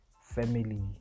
family